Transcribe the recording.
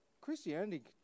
Christianity